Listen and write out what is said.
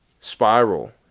spiral